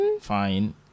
Fine